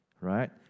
right